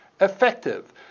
effective